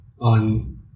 on